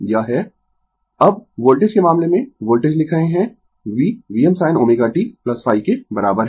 Refer Slide Time 1434 अब voltage के मामले में वोल्टेज लिख रहे है v Vm sin ω t ϕ के बराबर है